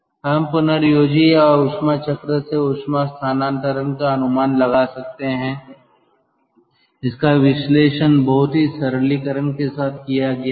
हम पुनर्योजी या ऊष्मा चक्र से ऊष्मा स्थानांतरण का अनुमान लगा सकता है इसका विश्लेषण बहुत ही सरलीकरण के साथ किया गया है